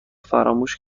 فراموش